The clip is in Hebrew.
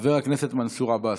חבר הכנסת מנסור עבאס.